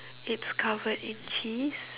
it's covered in cheese